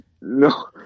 No